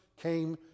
came